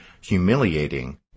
Humiliating